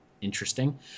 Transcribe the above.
interesting